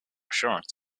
assurance